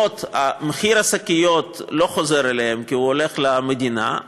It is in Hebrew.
ומחיר השקיות לא חוזר אליהן כי הוא הולך למדינה,